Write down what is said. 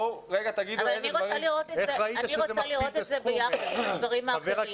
בואו תגידו --- אבל אני רוצה לראות את זה ביחד עם הדברים האחרים.